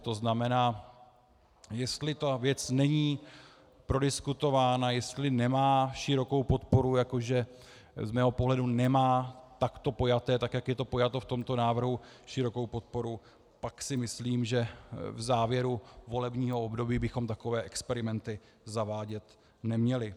To znamená, jestli ta věc není prodiskutována, jestli nemá širokou podporu, jako že z mého pohledu nemá takto pojaté, tak jak je to pojato v tomto návrhu, širokou podporu, pak si myslím, že v závěru volebního období bychom takové experimenty zavádět neměli.